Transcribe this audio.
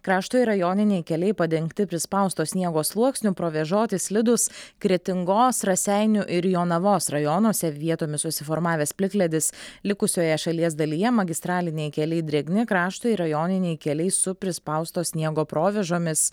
krašto ir rajoniniai keliai padengti prispausto sniego sluoksniu provėžoti slidūs kretingos raseinių ir jonavos rajonuose vietomis susiformavęs plikledis likusioje šalies dalyje magistraliniai keliai drėgni krašto ir rajoniniai keliai su prispausto sniego provėžomis